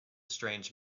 strange